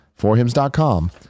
Forhims.com